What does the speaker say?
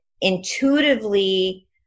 intuitively